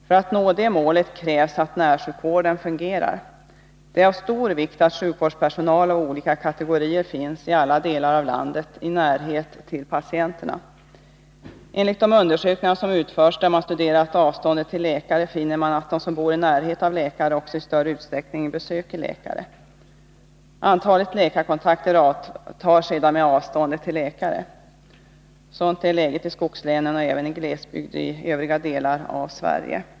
För att det målet skall nås krävs att närsjukvården fungerar. Det är av stor vikt att sjukvårdspersonal av olika kategorier finns i alla delar av landet i närhet till patienterna. Enligt utförda undersökningar, där man studerat avståndet till läkare, är det så att de som bor i närhet av läkare också i större utsträckning besöker läkare. Antalet läkarkontakter avtar sedan med avståndet till läkare. Sådant är läget i skogslänen och även i glesbygd i övriga delar av Sverige.